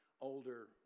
older